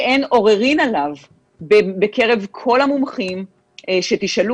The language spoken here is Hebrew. שאין עוררין עליו בקרב כל המומחים שתשאלו